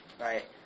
right